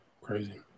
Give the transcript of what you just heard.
Crazy